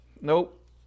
Nope